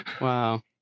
Wow